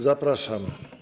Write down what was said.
Zapraszam.